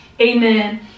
Amen